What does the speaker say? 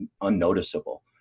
unnoticeable